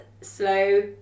slow